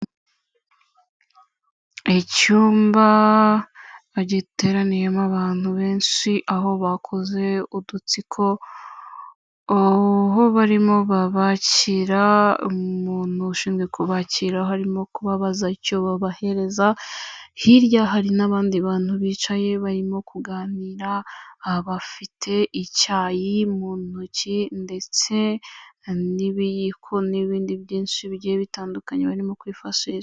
Icyumba bagiteraniyemo abantu benshi aho bakoze udutsiko, aho barimo babakira umuntu ushinzwe kubakira aho arimo kubabaza icyo babahereza, hirya hari n'abandi bantu bicaye barimo kuganira aba bafite icyayi mu ntoki ndetse n'ibiyiko n'ibindi byinshi bigiye bitandukanye barimo kwifashisha.